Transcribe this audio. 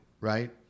right